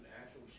actual